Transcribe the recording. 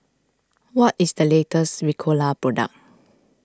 what is the latest Ricola product